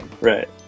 Right